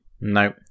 No